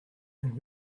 and